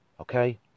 okay